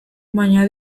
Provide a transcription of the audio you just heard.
baina